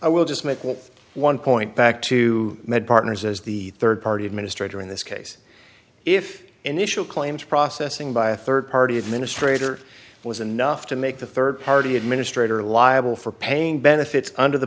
will just make one point back to med partners as the rd party administrator in this case if initial claims processing by a rd party administrator was enough to make the rd party administrator liable for paying benefits under the